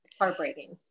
heartbreaking